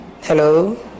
hello